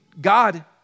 God